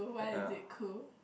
yeah